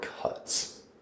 cuts